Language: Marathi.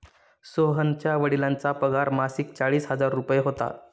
सोहनच्या वडिलांचा पगार मासिक चाळीस हजार रुपये होता